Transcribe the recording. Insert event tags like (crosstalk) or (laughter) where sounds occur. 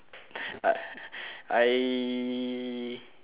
(noise) I